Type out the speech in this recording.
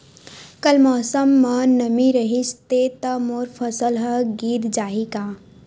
कल मौसम म नमी रहिस हे त मोर फसल ह गिर जाही का?